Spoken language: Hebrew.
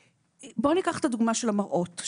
בוא ניקח את הדוגמה של המראות.